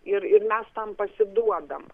ir ir mes tam pasiduodam